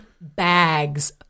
bags